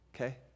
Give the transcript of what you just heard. Okay